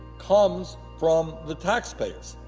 comes from the taxpayers.